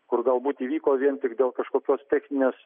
kur galbūt įvyko vien tik dėl kažkokios techninės